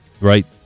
right